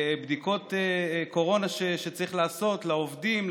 עם בדיקות שצריך קורונה לעשות לעובדים,